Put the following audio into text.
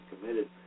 committed